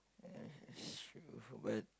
uh sure but